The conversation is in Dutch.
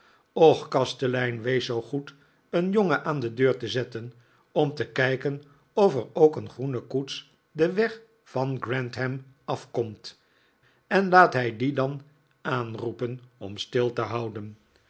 och kastelein wees zoo goed een jongen aan de deur te zetten om te kijken of er ook een groene koets den weg van grantham afkomt en laat hij die dan aanroepen om stil te houden